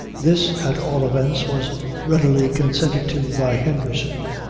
this, at all events, was readily consented to by henderson,